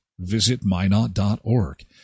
visitminot.org